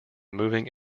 moving